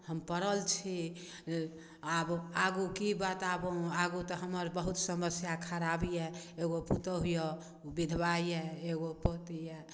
हम पड़ल छी आब आगू की बताबो आगू तऽ हमर बहुत समस्या खराबी यऽ एगो पुतोहू यऽ बिधबा यऽ एगो पोती यऽ